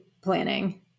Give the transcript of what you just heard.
planning